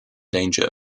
danger